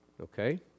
okay